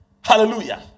Hallelujah